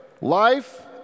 Life